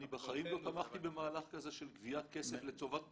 אני בחיים לא תמכתי במהלך כזה של גביית כסף לטובת פיצול.